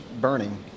burning